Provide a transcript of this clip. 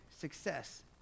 success